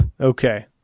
Okay